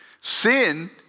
sin